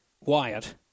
Wyatt